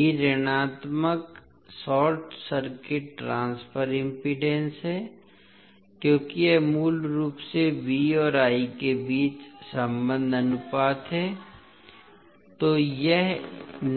b ऋणात्मक short circuit transfer impedance है क्योंकि यह मूल रूप से V और I के बीच संबंध अनुपात है तो यह